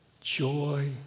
joy